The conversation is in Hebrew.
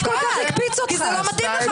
כי זה לא מתאים לך.